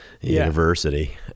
university